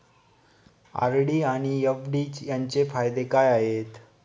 RD आणि FD यांचे फायदे काय आहेत?